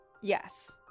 Yes